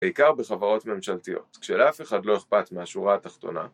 ‫בעיקר בחברות ממשלתיות, ‫כשלאף אחד לא אכפת מהשורה התחתונה...